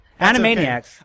Animaniacs